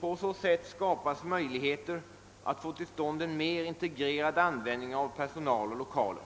På så sätt skapas möjligheter att få till stånd en mer integrerad användning av personal och lokaler.